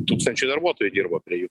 tūkstančiai darbuotojų dirba prie jų